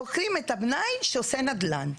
בוחרים את התוואי שעושה נדל"ן.